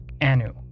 Anu